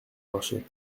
marcher